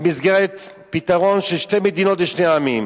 במסגרת פתרון של שתי מדינות לשני עמים.